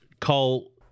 call